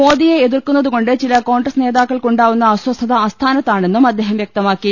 മോദിയെ എതിർക്കുന്നത്കൊണ്ട് ചില കോൺഗ്രസ് നേതാക്കൾക്കുണ്ടാവുന്ന അസ്വസ്ഥത അസ്ഥാനത്താണെന്നും അദ്ദേഹം വ്യക്തമാക്കി